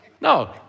No